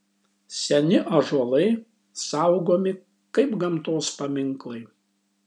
seni ąžuolai saugomi kaip gamtos paminklai